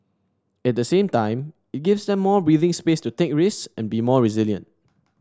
at the same time it gives them some breathing space to take risks and be more resilient